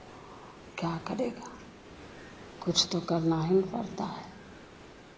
क्या करेगा कुछ तो करना ही पड़ता है